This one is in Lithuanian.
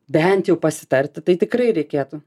bent jau pasitarti tai tikrai reikėtų